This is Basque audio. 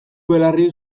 belarri